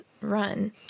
run